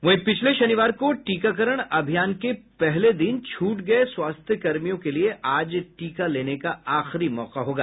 वहीं पिछले शनिवार को टीकाकरण अभियान के पहले दिन छूटे गये स्वास्थ्यकर्मियों के लिए आज टीका लेने का आखिरी मौका होगा